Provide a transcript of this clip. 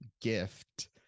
gift